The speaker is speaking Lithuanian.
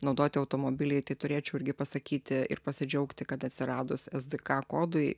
naudoti automobiliai tai turėčiau irgi pasakyti ir pasidžiaugti kad atsiradus sdk kodui